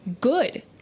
good